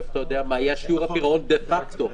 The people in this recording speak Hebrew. איך אתה יודע מה יהיה שיעור הפירעון דה פקטו?